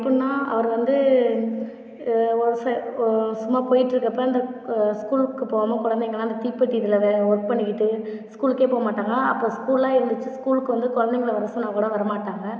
எப்படினா அவர் வந்து ஒரு சும்மா போயிட்டு இருக்கப்ப அந்த ஸ்கூலுக்கு போகாம குழந்தைங்கள்லாம் அந்த தீப்பெட்டி இதில் ஒர்க் பண்ணிகிட்டு ஸ்கூலுக்கே போகமாட்டாங்க அப்போ ஸ்கூல்லாம் இருந்துச்சு ஸ்கூலுக்கு வந்து குழந்தைங்களை வர சொன்னாக்கூட வர மாட்டாங்க